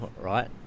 right